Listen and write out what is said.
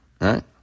right